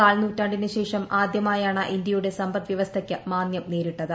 കാൽനൂറ്റാണ്ടിന് ശേഷം ആദ്യമായാണ് ഇന്ത്യയുടെ സമ്പദ്വ്യവസ്ഥയ്ക്ക് മാന്ദ്യം നേരിട്ടത്